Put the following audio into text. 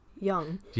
young